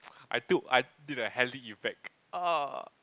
I took I did a heli effect